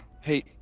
Hey